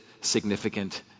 significant